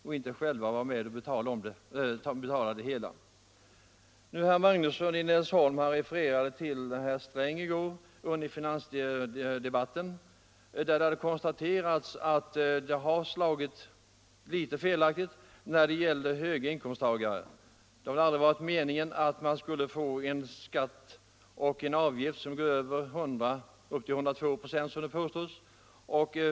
Herr Magnusson i Nennesholm refererade till att herr Sträng under finansdebatten i går konstaterade att detta slagit ut något felaktigt när det gäller högre inkomsttagare. Det har aldrig varit meningen att någon skulle komma i den situationen att skatterna och avgifterna går upp till 100 — eller som det har påståtts — 102 96 av inkomsterna.